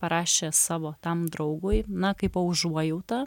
parašė savo tam draugui na kaip užuojautą